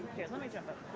here, let me jump